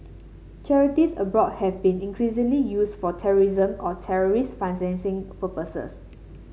charities abroad has been increasingly used for terrorism or terrorist financing purposes